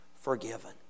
forgiven